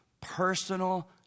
Personal